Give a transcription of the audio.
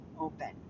open